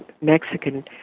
Mexican